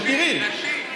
יקירי.